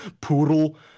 poodle